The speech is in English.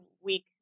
week